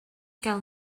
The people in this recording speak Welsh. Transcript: gael